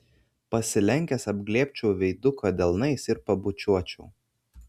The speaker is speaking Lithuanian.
pasilenkęs apglėbčiau veiduką delnais ir pabučiuočiau